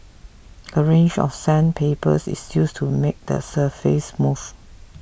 a range of sandpapers is used to make the surface smooth